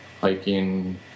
hiking